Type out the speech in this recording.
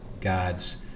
God's